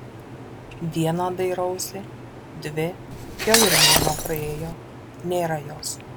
dieną dairausi dvi jau ir mėnuo praėjo nėra jos